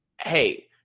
hey –